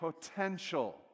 potential